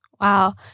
Wow